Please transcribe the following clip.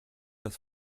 das